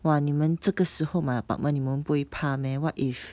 !wah! 你们这个时候买 apartment 你们不会怕 meh what if